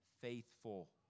faithful